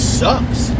sucks